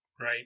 Right